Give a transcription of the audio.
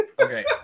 Okay